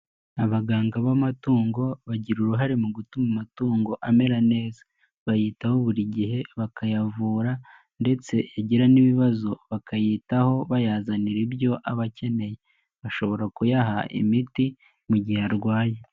Abaganga b'amatungo bagira uruhare mu gutuma amatungo amera neza, bayitaho buri gihe bakayavura ndetse yagira n'ibibazo, bakayitaho bayazanira ibyo abakeneye, bashobora kuyaha imiti mu gihe arwaye.